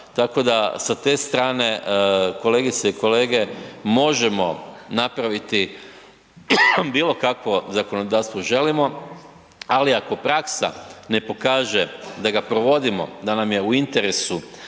tko da sa te strane kolegice i kolege možemo napraviti bilo kakvo zakonodavstvo želimo, ali ako praksa ne pokaže da ga provodimo, da nam je u interesu